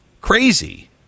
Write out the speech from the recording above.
Crazy